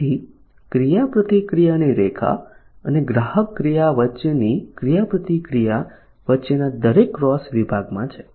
ફરીથી ક્રિયાપ્રતિક્રિયાની રેખા અને ગ્રાહક ક્રિયા વચ્ચેની ક્રિયાપ્રતિક્રિયા વચ્ચેના દરેક ક્રોસ વિભાગમાં છે